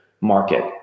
market